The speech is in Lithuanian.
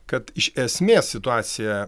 kad iš esmės situacija